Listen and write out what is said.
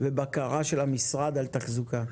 ובקרה של המשרד על התחזוקה.